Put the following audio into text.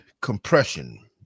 compression